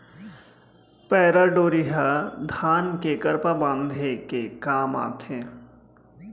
पैरा डोरी ह धान के करपा बांधे के काम आथे